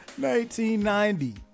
1990